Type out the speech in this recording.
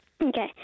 Okay